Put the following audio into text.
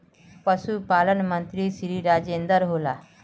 पशुपालन मंत्री श्री राजेन्द्र होला?